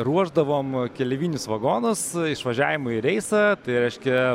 ruošdavom keleivinius vagonus išvažiavimui į reisą tai reiškia